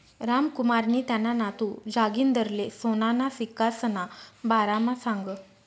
रामकुमारनी त्याना नातू जागिंदरले सोनाना सिक्कासना बारामा सांगं